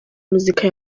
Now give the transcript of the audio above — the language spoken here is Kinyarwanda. muzika